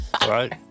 right